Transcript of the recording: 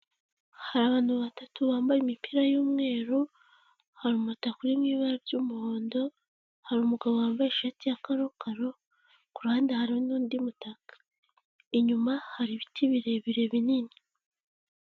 Hari abantu batatu bambaye imipira y'umweru, hari umutaka uri mu ibara ry'umuhondo, hari umugabo wambaye ishati ya karokaro, ku ruhande hari n'undi mutaka, inyuma hari ibiti birebire binini.